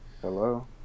Hello